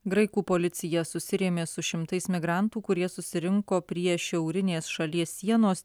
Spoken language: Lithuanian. graikų policija susirėmė su šimtais migrantų kurie susirinko prie šiaurinės šalies sienos